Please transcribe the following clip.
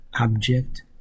object